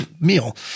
meal